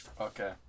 Okay